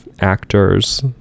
Actors